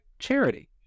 Charity